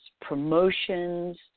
promotions